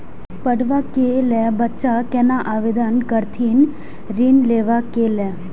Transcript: पढ़वा कै लैल बच्चा कैना आवेदन करथिन ऋण लेवा के लेल?